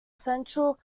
central